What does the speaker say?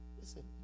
listen